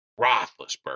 Roethlisberger